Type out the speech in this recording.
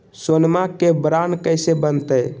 सोनमा के बॉन्ड कैसे बनते?